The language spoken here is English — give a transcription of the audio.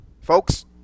folks